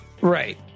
right